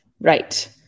Right